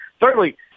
Thirdly